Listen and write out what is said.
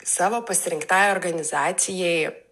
savo pasirinktai organizacijai